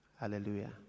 Hallelujah